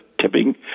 tipping